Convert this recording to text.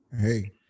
Hey